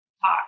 talk